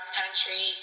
country